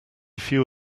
few